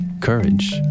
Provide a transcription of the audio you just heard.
courage